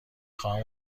خواهم